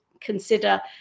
consider